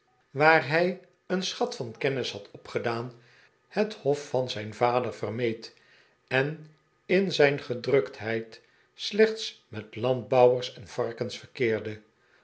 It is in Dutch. waar hij een schat van kennis had opgedaan het hof van zijn vader vermeed en in zijn gedruktheid slechts met landbouwers en varkens verkeerde